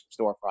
storefront